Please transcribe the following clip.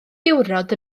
diwrnod